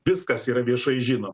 viskas yra viešai žinoma